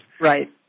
Right